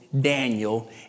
Daniel